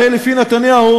הרי לפי נתניהו,